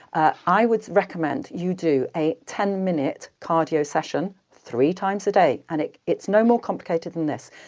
ah i would recommend you do a ten minute cardio session three times a day and it's no more complicated than this.